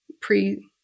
pre